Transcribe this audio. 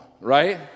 right